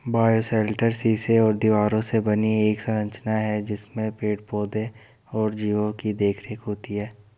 bioshelter शीशे और दीवारों से बनी एक संरचना है जिसमें पेड़ पौधे और जीवो की देखरेख होती है